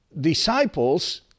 disciples